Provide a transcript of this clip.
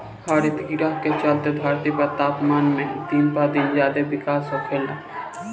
हरितगृह के चलते धरती के तापमान में दिन पर दिन ज्यादे बिकास होखेला